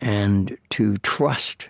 and to trust